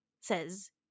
says